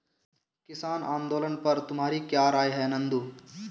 किसान आंदोलन पर तुम्हारी क्या राय है नंदू?